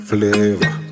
Flavor